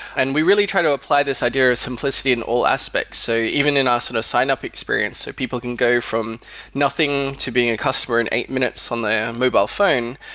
and we really try to apply this idea or simplicity in all aspects. so even in our ah sort of sign-up experience, so people can go from nothing to being a customer in eight minutes on their mobile phone.